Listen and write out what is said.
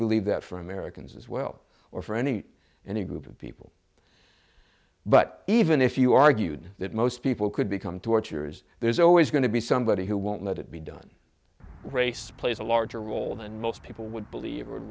believe that for americans as well or for any any group of people but even if you argued that most people could become torturers there's always going to be somebody who won't let it be done race plays a larger role than most people would believe would